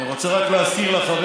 אני רוצה רק להזכיר לך,